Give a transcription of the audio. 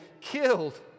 killed